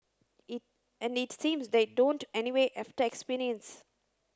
it and it seems they don't anyway after experience